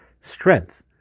strength